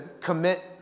commit